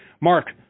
Mark